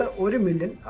ah order i mean deny